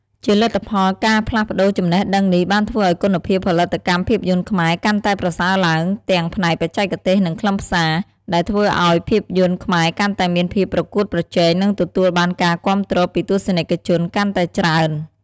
ជាលទ្ធផល ការផ្លាស់ប្តូរចំណេះដឹងនេះបានធ្វើឱ្យគុណភាពផលិតកម្មភាពយន្តខ្មែរកាន់តែប្រសើរឡើង ទាំងផ្នែកបច្ចេកទេស និងខ្លឹមសារ ដែលធ្វើឱ្យភាពយន្តខ្មែរកាន់តែមានភាពប្រកួតប្រជែង និងទទួលបានការគាំទ្រពីទស្សនិកជនកាន់តែច្រើន។